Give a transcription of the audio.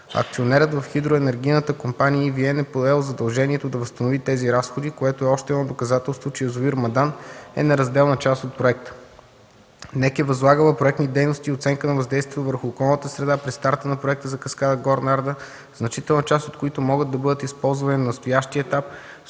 Акционерът в хидроенергийната компания EVN е поел задължението да възстанови тези разходи, което е още едно доказателство, че язовир „Мадан” е неразделна част от проекта. НЕК е възлагала проектни дейности и оценка на въздействието върху околната среда при старта на проекта за каскада „Горна Арда”, значителна част от които могат да бъдат използвани на настоящия етап,